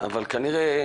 אבל כנראה